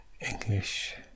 English